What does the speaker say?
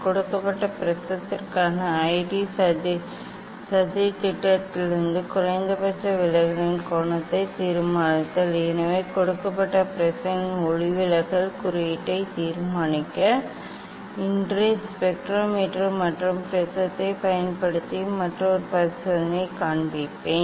கொடுக்கப்பட்ட ப்ரிஸத்திற்கான சதித்திட்டத்திலிருந்து குறைந்தபட்ச விலகலின் கோணத்தை தீர்மானித்தல் எனவே கொடுக்கப்பட்ட ப்ரிஸின் ஒளிவிலகல் குறியீட்டை தீர்மானிக்க இன்று ஸ்பெக்ட்ரோமீட்டர் மற்றும் ப்ரிஸத்தைப் பயன்படுத்தி மற்றொரு பரிசோதனையை காண்பிப்போம்